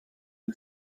who